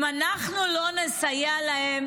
אם אנחנו לא נסייע להם,